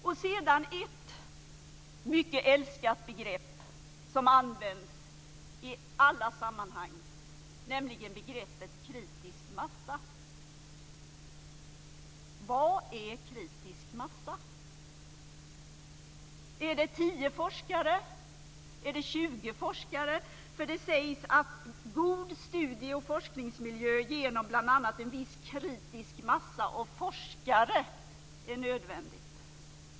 Sedan har vi ett mycket älskat begrepp som används i alla sammanhang, nämligen begreppet kritisk massa. Vad är kritisk massa? Är det tio forskare? Är det tjugo forskare? Det sägs ju att god studie och forskningsmiljö genom bl.a. en viss kritisk massa av forskare är nödvändig.